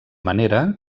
manera